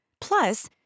Plus